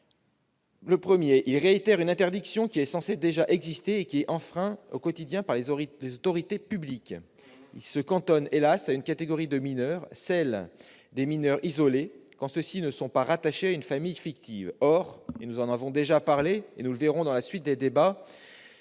l'article réitère une interdiction qui est censée déjà exister, mais qui est enfreinte au quotidien par les autorités publiques. Ensuite, l'interdiction posée est limitée, hélas, à une catégorie de mineurs, les mineurs isolés, quand ceux-ci ne sont pas rattachés à une famille fictive. Or, nous en avons déjà parlé et nous le verrons dans la suite du débat